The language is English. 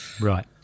Right